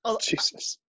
Jesus